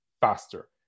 faster